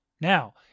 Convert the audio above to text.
Now